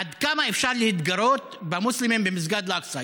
עד כמה אפשר להתגרות במוסלמים במסגד אל-אקצא?